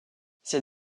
ces